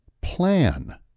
plan